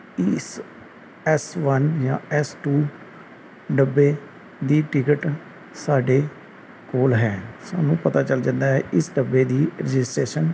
ਇਸ S one ਜਾਂ S two ਡੱਬੇ ਦੀ ਟਿਕਟ ਸਾਡੇ ਕੋਲ ਹੈ ਸਾਨੂੰ ਪਤਾ ਚੱਲ ਜਾਂਦਾ ਹੈ ਇਸ ਡੱਬੇ ਦੀ ਰਜਿਸਟਰੇਸ਼ਨ